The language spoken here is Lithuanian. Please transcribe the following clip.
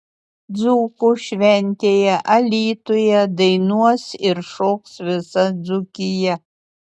dzūkų šventėje alytuje dainuos ir šoks visa dzūkija